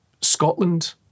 Scotland